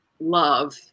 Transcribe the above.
love